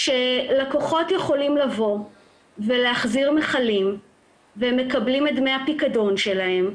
לקוחות יכולים לבוא ולהחזיר מכלים והם מקבלים את דמי הפיקדון שלהם.